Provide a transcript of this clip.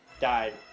died